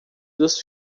dos